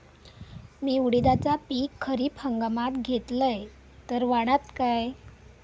मी उडीदाचा पीक खरीप हंगामात घेतलय तर वाढात काय?